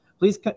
Please